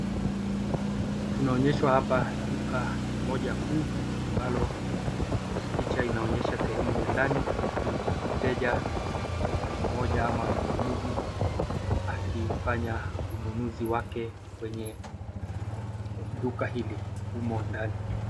Tunaonyeshwa hapa duka moja kuu ambalo picha inaonyesha sehemu ya ndani huku mteja mmoja ama mnunuzi akifanya ununuzi wake kwenye duka hili humo ndani.